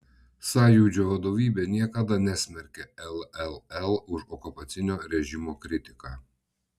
sąjūdžio vadovybė niekada nesmerkė lll už okupacinio režimo kritiką